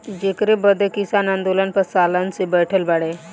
जेकरे बदे किसान आन्दोलन पर सालन से बैठल बाड़े